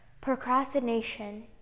Procrastination